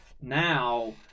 now